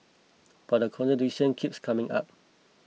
but the contradiction keeps coming up